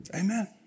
Amen